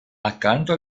accanto